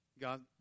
God